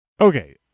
Okay